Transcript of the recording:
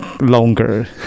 longer